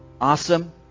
Awesome